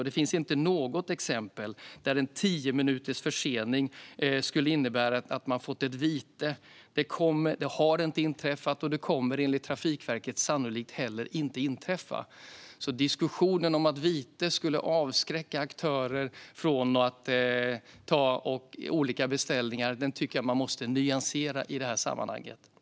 Det finns inte något exempel där en försening på tio minuter inneburit att man fått ett vite. Det har inte inträffat, och det kommer enligt Trafikverket sannolikt heller inte att inträffa. Diskussionen om att vite skulle avskräcka aktörer från att ta olika beställningar tycker jag därför att man måste nyansera i det här sammanhanget.